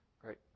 Great